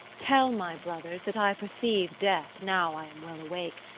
tell my brothers that i perceive death, now i am well awake,